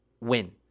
win